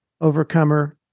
Overcomer